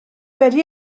wedi